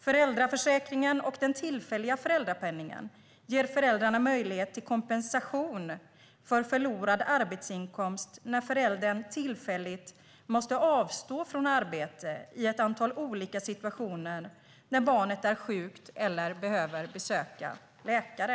Föräldraförsäkringen och den tillfälliga föräldrapenningen ger föräldrarna möjlighet till kompensation för förlorad arbetsinkomst när föräldern tillfälligt måste avstå från arbete i ett antal olika situationer när barnet är sjukt eller behöver besöka läkare.